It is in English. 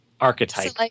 Archetype